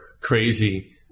crazy